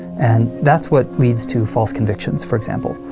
and that's what leads to false convictions, for example.